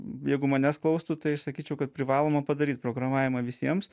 jeigu manęs klaustų tai aš sakyčiau kad privaloma padaryt programavimą visiems